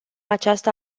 această